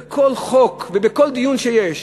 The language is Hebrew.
בכל חוק ובכל דיון זה קיים,